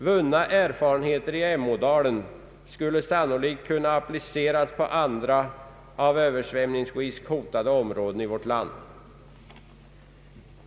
Vunna erfarenheter i Emådalen skulle sannolikt kunna appliceras på andra av Översvämningar hotade områden i vårt land.